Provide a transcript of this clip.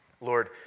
Lord